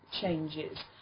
changes